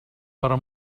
per